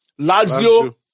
Lazio